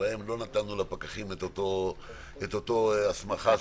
שבהם לא נתנו לפקחים את אותה הסמכה.